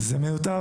זה מיותר.